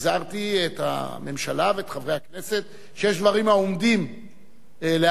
הזהרתי את הממשלה ואת חברי הכנסת שיש דברים העומדים להכרעה.